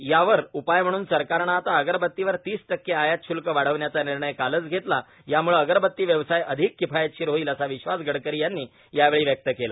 यावर उपाय म्हणून सरकारने आता अगरबतीवर तीस टक्के आयात शुल्क वाढवण्याचा निर्णय कालच घेतला यामूळे अगरबत्ती व्यवसाय अधिक किफायतशीर होईल असा विश्वास गडकरी यांनी यावेळी व्यक्त केला